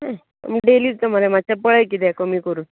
आमी डेलीचे मरे मात्शें पळय कितें कमी करून